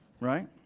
right